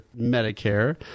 Medicare